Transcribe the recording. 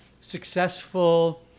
successful